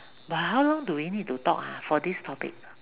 but how long do we have to talk ah for this topic